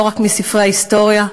לא רק מספרי ההיסטוריה.